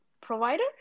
provider